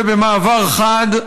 ובמעבר חד,